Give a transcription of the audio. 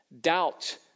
Doubt